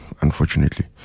unfortunately